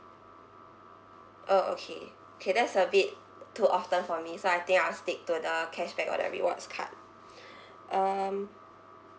orh okay K that's a bit too often for me so I think I'll stick to the cashback or the rewards card um